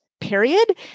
period